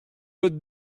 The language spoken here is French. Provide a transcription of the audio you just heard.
votre